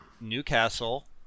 Newcastle